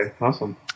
awesome